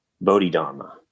Bodhidharma